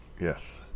Yes